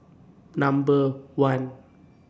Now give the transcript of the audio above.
Number one